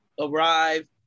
arrive